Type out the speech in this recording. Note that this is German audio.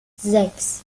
sechs